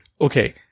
Okay